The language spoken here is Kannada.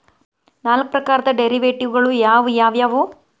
ನಾಲ್ಕ್ ಪ್ರಕಾರದ್ ಡೆರಿವೆಟಿವ್ ಗಳು ಯಾವ್ ಯಾವವ್ಯಾವು?